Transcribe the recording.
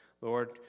Lord